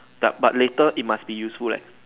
but but later it must be useful leh